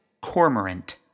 Cormorant